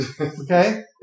okay